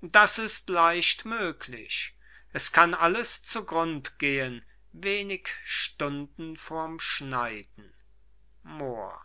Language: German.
das ist leicht möglich es kann alles zu grund gehen wenige stunden vorm schneiden moor